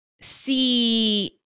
see